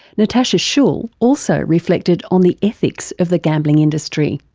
natasha schull also reflected on the ethics of the gambling industry.